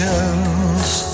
else